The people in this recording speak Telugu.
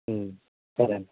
సరే అండి